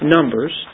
Numbers